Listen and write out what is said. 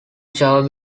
java